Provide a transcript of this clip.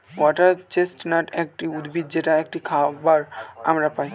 water chestnut একটি উদ্ভিদ যেটা একটি খাবার আমরা খাই